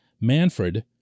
Manfred